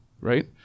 right